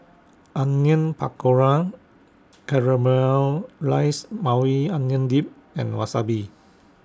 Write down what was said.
Onion Pakora Caramelized Maui Onion Dip and Wasabi